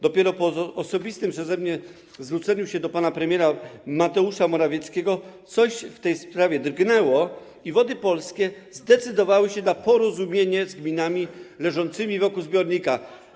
Dopiero po osobistym zwróceniu się do pana premiera Mateusza Morawieckiego coś w tej sprawie drgnęło i Wody Polskie zdecydowały się na porozumienie z gminami leżącymi wokół zbiornika.